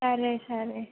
సరే సరే